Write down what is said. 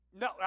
No